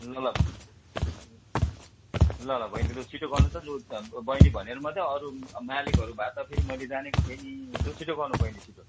ल ल ल ल बहिनी लु छिटो गर्नु त बहिनी भनेर मात्रै अरू मालिकहरू भए त फेरि मैले जानेको थिएँ नि लु छिटो गर्नु बहिनी छिटो